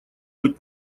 быть